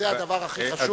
זה הדבר הכי חשוב.